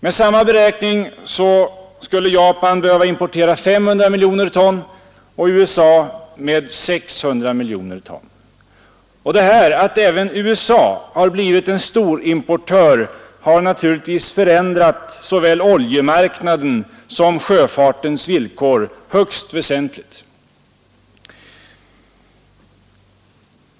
Med samma beräkning skulle Japan behöva importera 500 miljoner ton och USA 600 miljoner ton 1980. Att även USA har blivit en storimportör har naturligtvis förändrat såväl oljemarknaden som sjöfartens villkor högst väsentligt.